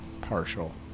partial